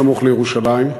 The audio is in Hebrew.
סמוך לירושלים.